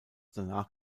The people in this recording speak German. danach